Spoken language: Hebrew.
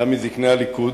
גם מזקני הליכוד,